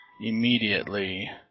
immediately